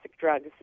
drugs